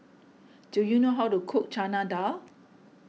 do you know how to cook Chana Dal